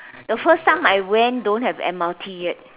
the first time I went don't have m_r_t yet